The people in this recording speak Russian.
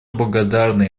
благодарны